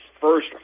first